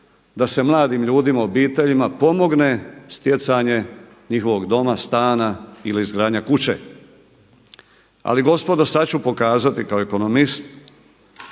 da se mladim ljudima, obiteljima pomogne stjecanje njihovog doma, stana ili izgradnja kuće. Ali gospodo, sad ću pokazati kao ekonomist